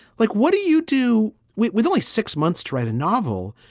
like, what do you do with with only six months to write a novel?